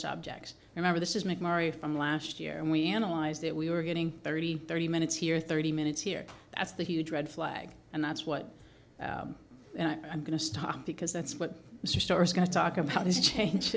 subjects remember this is mike murray from last year and we analyzed it we were getting thirty thirty minutes here thirty minutes here that's the huge red flag and that's what i'm going to stop because that's what mr starr is going to talk about how this change